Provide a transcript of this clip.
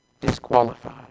disqualified